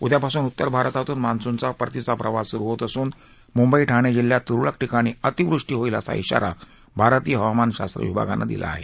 उद्यापासून उत्तर भारतातून मान्सूनचा परतीचा प्रवास सुरू होत असून मुंबई ठाणे जिल्ह्यात तुरळक ठिकाणी अतिवृष्टी होईल असा इशारा भारतीय हवामान शास्त्र विभागानं दिला आहे